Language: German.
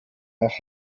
nach